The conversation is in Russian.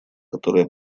которая